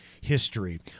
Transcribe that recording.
history